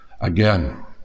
again